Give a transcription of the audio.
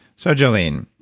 so, jolene,